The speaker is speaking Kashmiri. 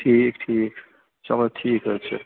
ٹھیٖک ٹھیٖک چلو ٹھیٖک حظ چھُ